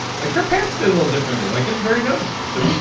like her pants fit a little differently. like it's very noticeable. so bj,